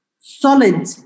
solid